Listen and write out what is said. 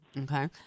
Okay